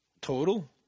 Total